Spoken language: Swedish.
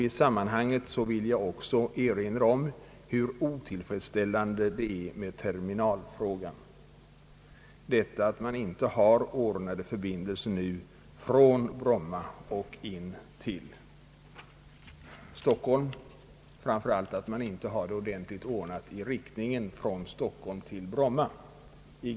I sammanhanget vill jag också erinra om den alltjämt olösta terminalfrågan. Man har nu inte ordnade förbindelser mellan Bromma och innerstaden. Detta gäller framför allt i riktningen Stockholm—Bromma.